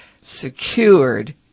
secured